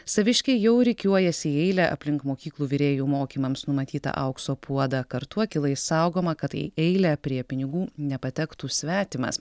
saviškiai jau rikiuojasi į eilę aplink mokyklų virėjų mokymams numatytą aukso puodą kartu akylai saugoma kad į eilę prie pinigų nepatektų svetimas